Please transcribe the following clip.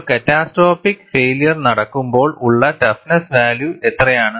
ഒരു catastrophic failure നടക്കുമ്പോൾ ഉള്ള ടഫ്നെസ്സ് വാല്യൂ എത്രയാണ്